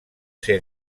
ser